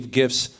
gifts